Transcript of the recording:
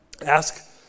Ask